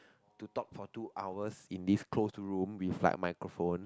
to talk for two hours in this close room with like microphone